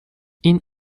این